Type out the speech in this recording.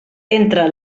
entre